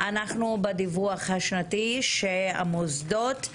אנחנו בדיווח השנתי של המוסדות.